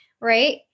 right